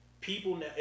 people